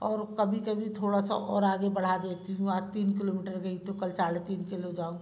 और कभ कभी थोड़ा सा और आगे बढ़ा देती हूँ आज तीन किलोमीटर गई तो कल साढ़े तीन जाऊँ